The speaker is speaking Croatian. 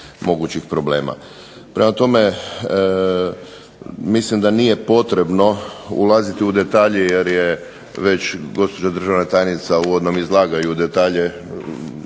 Prema tome mislim da nije potrebno ulaziti u detalje jer je već gospođa državna tajnica u uvodnom izlaganju u detalje